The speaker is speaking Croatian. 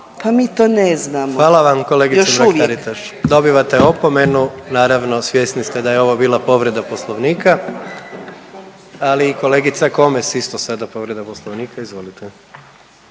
Gordan (HDZ)** Hvala vam kolegice Mrak Taritaš, dobivate opomenu, naravno svjesni ste da je ovo bila povreda Poslovnika, ali i kolegica Komes isto sada povreda Poslovnika. Izvolite.